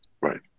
right